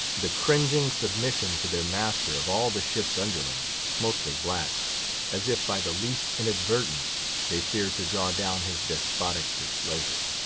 the cringing submission to their master, of all the ship's underlings, mostly blacks as if by the least inadvertence they feared to draw down his despotic displeasure.